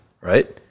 right